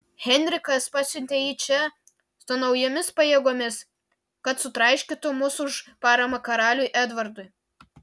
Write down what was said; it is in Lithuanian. henrikas pasiuntė jį čia su naujomis pajėgomis kad sutraiškytų mus už paramą karaliui edvardui